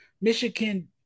Michigan